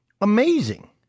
amazing